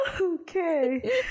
Okay